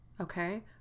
okay